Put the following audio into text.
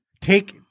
Take